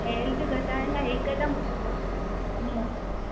health घटाइण लाइ हिकदमि पोइ